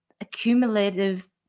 accumulative